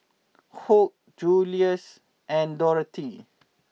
Hoke Juluis and Dorathy